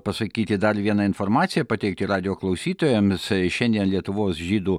pasakyti dar vieną informaciją pateikti radijo klausytojams šiandien lietuvos žydų